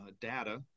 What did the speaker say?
data